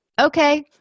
okay